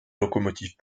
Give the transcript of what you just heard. locomotives